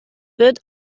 wird